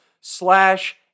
slash